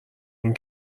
این